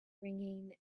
ringing